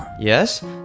Yes